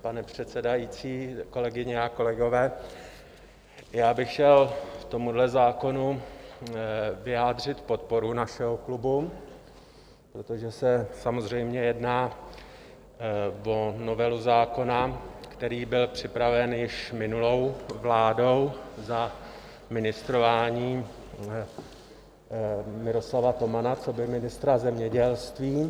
Pane předsedající, kolegyně a kolegové, chtěl bych tomuto zákonu vyjádřit podporu našeho klubu, protože se samozřejmě jedná o novelu zákona, který byl připraven již minulou vládou za ministrování Miroslava Tomana coby ministra zemědělství.